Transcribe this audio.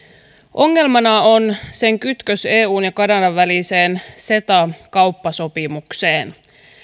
ongelmana on sen kytkös eun ja kanadan väliseen ceta kauppasopimukseen